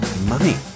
Money